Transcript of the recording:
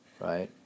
Right